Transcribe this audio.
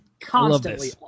constantly